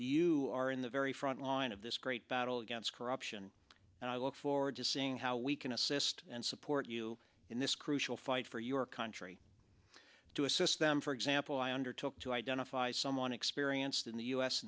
you are in the very front line of this great battle against corruption and i look forward to seeing how we can assist and support you in this crucial fight for your country to assist them for example i undertook to identify someone experienced in the u s